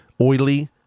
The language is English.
oily